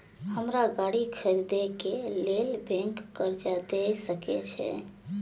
हमरा गाड़ी खरदे के लेल बैंक कर्जा देय सके छे?